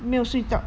没有睡觉